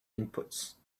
inputs